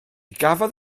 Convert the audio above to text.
gafodd